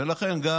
ולכן גם